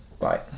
Bye